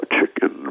Chicken